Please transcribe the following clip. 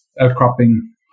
outcropping